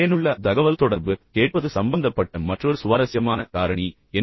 பயனுள்ள தகவல்தொடர்பு மற்றும் கேட்பது சம்பந்தப்பட்ட மற்றொரு சுவாரஸ்யமான காரணி என்ன